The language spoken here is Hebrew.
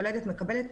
יולדת מקבלת